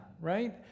right